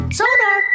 sonar